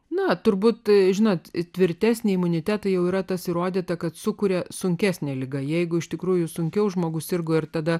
na turbūt žinot tvirtesnį imunitetą jau yra tas įrodyta kad sukuria sunkesnę ligą jeigu iš tikrųjų sunkiau žmogus sirgo ir tada